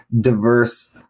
diverse